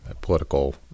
political